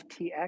FTX